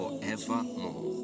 forevermore